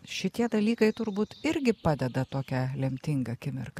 šitie dalykai turbūt irgi padeda tokią lemtingą akimirką